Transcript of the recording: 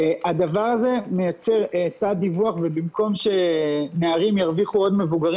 הדבר הזה מייצר תת דיווח ובמקום שנערים ירוויחו עוד מבוגרים